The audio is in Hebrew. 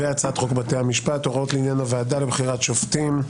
והצעת חוק בתי המשפט (הוראות לעניין הוועדה לבחירת שופטים),